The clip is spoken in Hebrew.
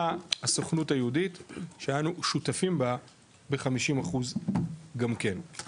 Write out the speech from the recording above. הסוכנות היהודית שאנו שותפים בה בחמישים אחוז גם כן.